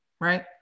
right